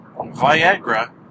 Viagra